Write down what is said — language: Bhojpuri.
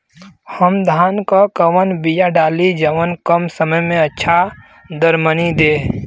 हम धान क कवन बिया डाली जवन कम समय में अच्छा दरमनी दे?